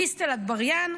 דיסטל אטבריאן,